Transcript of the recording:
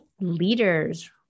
leaders